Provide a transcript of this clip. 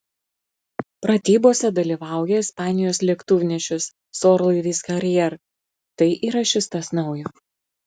pratybose dalyvauja ispanijos lėktuvnešis su orlaiviais harrier tai yra šis tas naujo